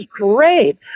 great